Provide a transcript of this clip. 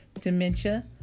dementia